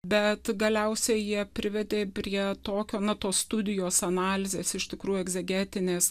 bet galiausia jie privedė prie tokio na tos studijos analizės iš tikrųjų egzegetinės